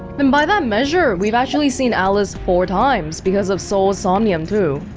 then by that measure, we've actually seen alice four times because of so's somnium, too